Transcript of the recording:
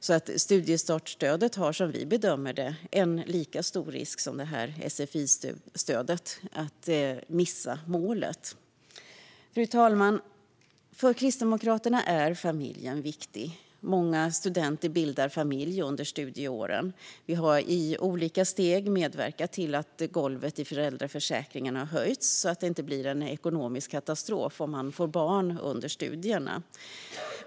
Som vi bedömer det riskerar studiestartsstödet i lika hög grad som sfi-stödet att missa målet. Fru talman! För Kristdemokraterna är familjen viktig. Många studenter bildar familj under studieåren. Vi har i olika steg medverkat till att golvet i föräldraförsäkringen har höjts så att det inte blir en ekonomisk katastrof om man får barn under studierna.